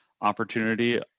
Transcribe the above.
opportunity